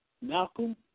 Malcolm